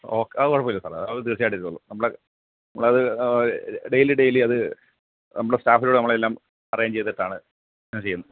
okay അത് കുഴപ്പമില്ല സാറേ അത് തീർച്ചയായിട്ടും ചെയ്തോളും നമ്മള് നമ്മള് അത് ഡെയിലി ഡെയിലി അത് നമ്മുടെ സ്റ്റാഫിനോട് നമ്മള് എല്ലാം അറേഞ്ച് ചെയ്യുന്നത്